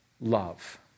love